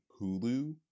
hulu